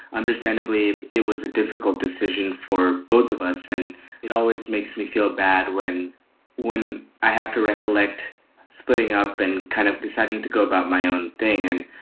understandably, it was a difficult decision for both of us and it always makes me feel bad when when i have to recollect splitting up and kind of deciding to go about my own thing. and